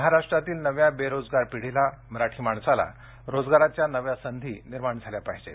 महाराष्ट्रातील नव्या बेरोजगार पिढीला मराठी माणसाला रोजगाराच्या नव्या संधी निर्माण झाल्या आहेत